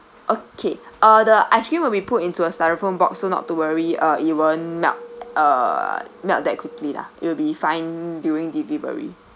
okay uh the ice cream will be put into a styrofoam box so not to worry uh it will melt uh melt that quickly lah it'll be fine during delivery